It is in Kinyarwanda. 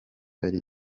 ari